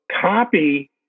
copy